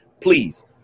Please